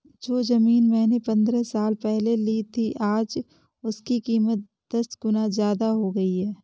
जो जमीन मैंने पंद्रह साल पहले ली थी, आज उसकी कीमत दस गुना जादा हो गई है